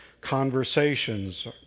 conversations